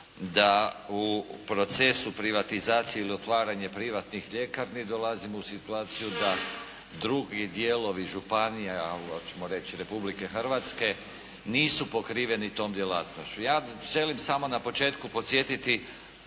da u procesu privatizacije ili otvaranje privatnih ljekarni dolazimo u situaciju da drugi dijelovi županija, hoćemo reći Republike Hrvatske nisu pokriveni tom djelatnošću. Ja želim samo na početku podsjetiti